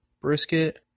brisket